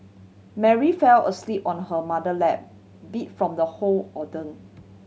Mary fell asleep on her mother lap beat from the whole